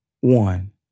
one